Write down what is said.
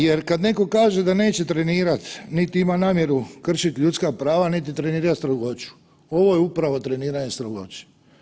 Jer kad netko kaže da neće trenirat niti ima namjeru kršit ljudska prava, niti trenirat strogoću, ovo je upravo treniranje strogoće.